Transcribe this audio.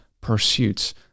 pursuits